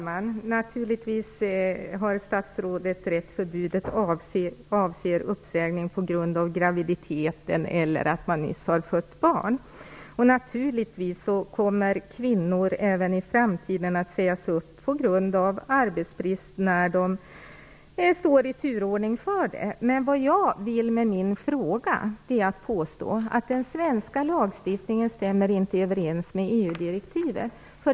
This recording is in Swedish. Herr talman! Statsrådet har naturligtvis rätt i att förbudet avser uppsägning på grund av graviditet eller för att man nyss har fött barn. Naturligtvis kommer kvinnor även i framtiden att sägas upp till följd av arbetsbrist när de står i turordning för det. Med min fråga vill jag dock påstå att den svenska lagstiftningen inte stämmer överens med EU direktivet.